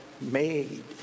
made